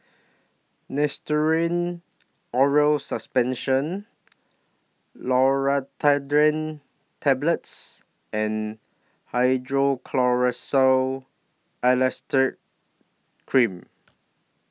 Oral Suspension Loratadine Tablets and Hydrocortisone Acetate Cream